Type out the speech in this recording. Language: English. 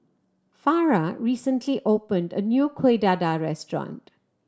Farrah recently opened a new Kueh Dadar restaurant